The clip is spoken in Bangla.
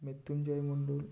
মৃত্যুঞ্জয় মন্ডল